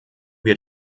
wir